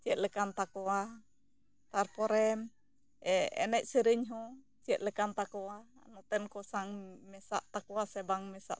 ᱪᱮᱫ ᱞᱮᱠᱟᱱ ᱛᱟᱠᱚᱣᱟ ᱛᱟᱨᱯᱚᱨᱮ ᱮᱱᱮᱡ ᱥᱮᱨᱮᱧ ᱦᱚᱸ ᱪᱮᱫ ᱞᱮᱠᱟᱱ ᱛᱟᱠᱚᱣᱟ ᱱᱚᱛᱮᱱ ᱠᱚ ᱥᱟᱝ ᱢᱮᱥᱟᱜ ᱛᱟᱠᱚᱣᱟ ᱥᱮ ᱵᱟᱝ ᱢᱮᱥᱟᱜ ᱛᱟᱠᱚᱣᱟ